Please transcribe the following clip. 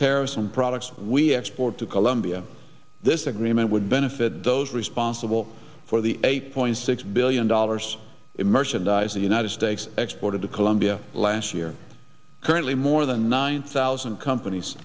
terrorists and products we export to colombia this agreement would benefit those responsible for the eight point six billion dollars in merchandise the united states exported to colombia last year currently more than nine thousand companies